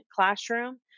classroom